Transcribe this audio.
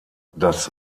das